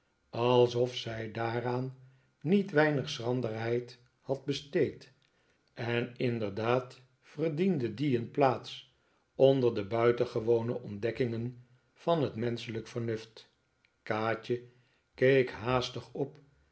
alsof zij daaraan niet weinig schranderheid had besteed en inderdaad verdiende die een plaats onder de buitengewone ontdekkingen van het menschelijk vernuft kaatje keek haastig op